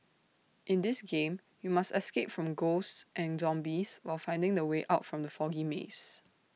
in this game you must escape from ghosts and zombies while finding the way out from the foggy maze